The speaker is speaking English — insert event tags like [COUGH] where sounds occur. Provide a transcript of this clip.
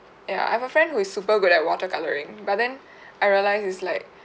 ya I have a friend who is super good at water colouring but then [BREATH] I realize it's like [BREATH]